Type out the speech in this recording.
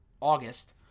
August